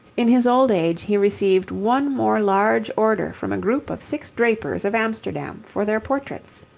in his old age he received one more large order from a group of six drapers of amsterdam for their portraits.